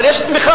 אבל יש צמיחה,